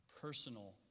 personal